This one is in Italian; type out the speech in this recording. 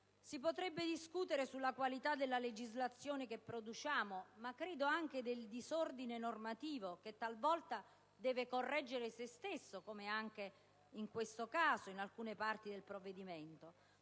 Si potrebbe discutere sulla qualità della legislazione che produciamo, ma credo anche del disordine normativo che talvolta deve correggere se stesso, come anche in questo caso in alcune parti del provvedimento,